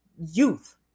youth